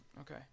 Okay